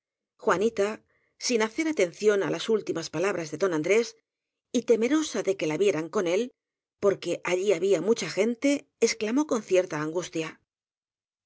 juanita sin hacer atención á las últimas palabras de don andrés y temerosa de que la vieran con él porque allí había mucha gente exclamó con cierta angustia